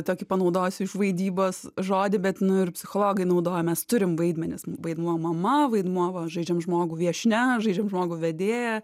tokį panaudosiu iš vaidybos žodį bet nu ir psichologai naudoja mes turim vaidmenis vaidmuo mama vaidmuo va žaidžiam žmogų viešnia žaidžiam žmogų vedėja